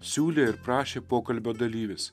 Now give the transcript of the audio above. siūlė ir prašė pokalbio dalyvis